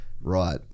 right